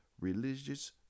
religious